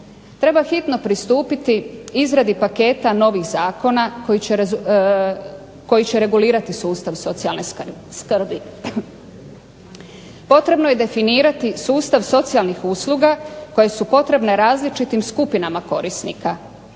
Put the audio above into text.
Treba hitno pristupiti izradi paketa novih zakona koji će regulirati sustav socijalne skrbi, potrebno je definirati sustav socijalnih usluga koje su potrebne različitim skupinama korisnika,